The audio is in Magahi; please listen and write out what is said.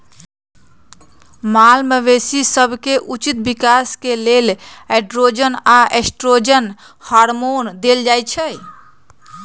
माल मवेशी सभके उचित विकास के लेल एंड्रोजन आऽ एस्ट्रोजन हार्मोन देल जाइ छइ